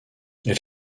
elle